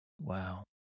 Wow